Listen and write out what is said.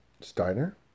Steiner